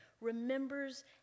remembers